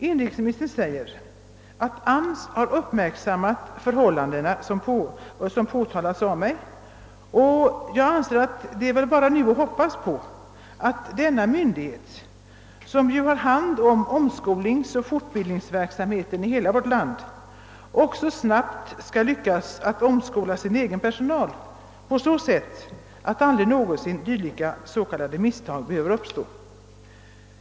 Inrikesministern säger att AMS har uppmärksammat de förhållanden som jag har pekat på, och då är det väl bara att hoppas att den myndigheten, som ju har hand om omskolningsverksamheten i hela landet, också snabbt skall lyckas att omskola sin egen personal, så att några sådana »misstag» som jag aktualiserat aldrig mer behöver uppstå. Herr talman!